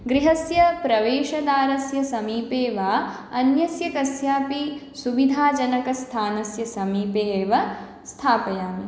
गृहस्य प्रवेशद्वारस्य समीपे वा अन्यस्य कस्यापि सुविधाजनकस्थानस्य समीपे एव स्थापयामि